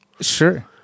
Sure